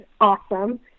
awesome